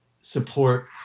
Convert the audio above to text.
support